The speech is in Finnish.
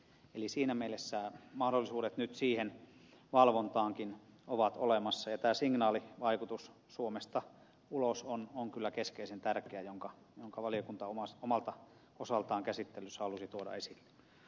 eli siinä mielessä mahdollisuudet nyt siihen valvontaankin ovat olemassa ja tämä signaalivaikutus suomesta ulospäin on kyllä keskeisen tärkeä jonka valiokunta omalta osaltaan käsittelyssä halusi tuoda esille